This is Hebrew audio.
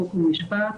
חוק ומשפט,